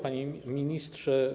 Panie Ministrze!